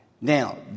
Now